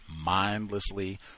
mindlessly